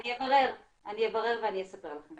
אני אברר ואספר לכם.